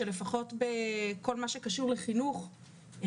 שלפחות בכל מה שקשור לחינוך,